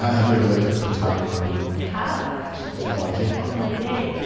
have you ever lived in a tatami room? i have actually. did you like it? back in the day.